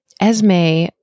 Esme